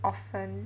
often